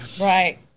right